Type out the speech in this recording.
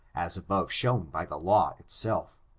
as above shown by the law itself.